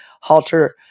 halter